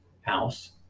house